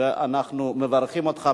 ואנחנו מברכים אותך,